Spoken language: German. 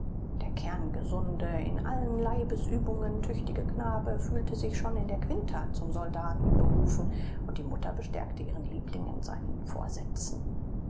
der kerngesunde in allen leibesübungen tüchtige knabe fühlte sich schon in der quinta zum soldaten berufen und die mutter bestärkte ihren liebling in seinen vorsätzen